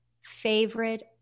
favorite